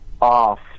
off